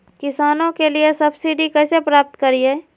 किसानों के लिए सब्सिडी कैसे प्राप्त करिये?